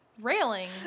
railing